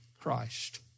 Christ